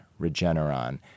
Regeneron